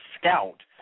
scout